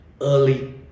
early